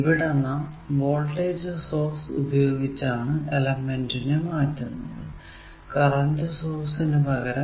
ഇവിടെ നാം voltage source ഉപയോഗിച്ചാണ് എലെമെന്റിനെ മാറ്റുന്നത് കറന്റ് സോഴ്സ് നു പകരം